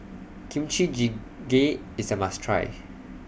Kimchi Jjigae IS A must Try